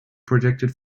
projected